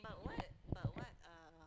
but what but what uh